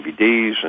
DVDs